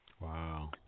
Wow